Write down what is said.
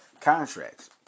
contracts